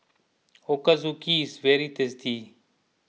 Ochazuke is very tasty